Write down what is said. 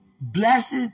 blessed